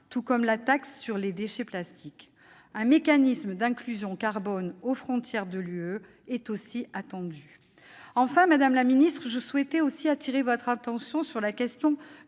tout comme la taxe sur les déchets plastiques. Un mécanisme d'inclusion carbone aux frontières de l'Union européenne est aussi attendu. Enfin, madame la secrétaire d'État, je souhaite attirer votre attention sur la question